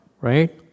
right